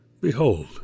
Behold